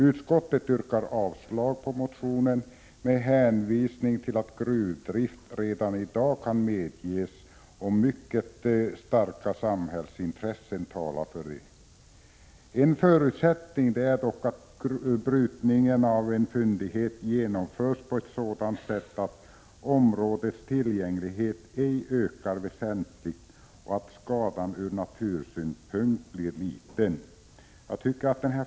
Utskottet yrkar avslag på motionen med hänvisning till att gruvdrift redan i dag kan medges om mycket starka samhällsintressen talar för det. En förutsättning är dock att brytningen av en fyndighet genomförs på ett sådant sätt att områdets tillgänglighet ej ökar väsentligt och att skadan ur natursynpunkt blir liten.